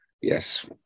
Yes